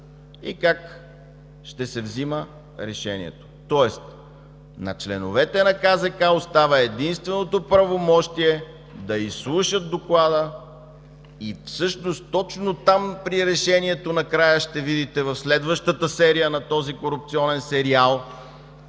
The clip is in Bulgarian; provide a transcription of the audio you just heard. и как ще се взема решението. Тоест на членовете на КЗК остава единственото правомощие да изслушат доклада и всъщност точно там при решението, накрая ще видите в следващата серия на този корупционен сериал,